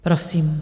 Prosím.